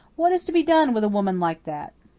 what is to be done with a woman like that?